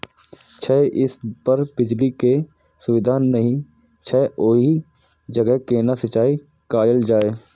छै इस पर बिजली के सुविधा नहिं छै ओहि जगह केना सिंचाई कायल जाय?